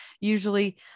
usually